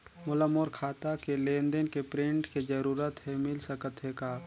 मोला मोर खाता के लेन देन के प्रिंट के जरूरत हे मिल सकत हे का?